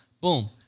Boom